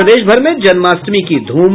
और प्रदेश भर में जन्माष्टमी की धूम